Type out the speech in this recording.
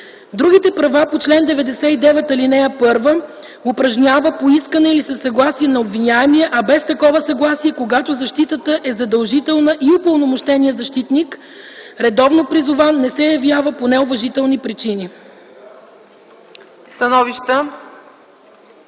Другите права по чл. 99, ал. 1 упражнява по искане или със съгласие на обвиняемия, а без такова съгласие – когато защитата е задължителна и упълномощеният защитник, редовно призован, не се явява по неуважителни причини.”